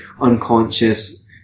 unconscious